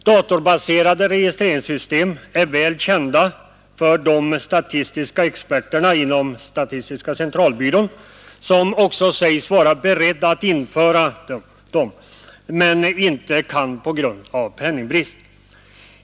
Datorbaserade registreringssystem är väl kända för de statistiska experterna inom statistiska centralbyrån, som också sägs vara beredda att införa sådana men inte kan göra det på grund av penningbrist.